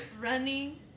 running